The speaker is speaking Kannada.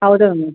ಹೌದು ಮ್ಯಾಮ್